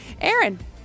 Aaron